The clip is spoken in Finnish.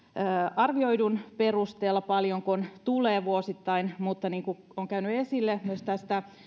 arvioidun perusteella paljonko tulee vuosittain mutta niin kuin käy esille myös näistä